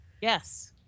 yes